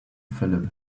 phillip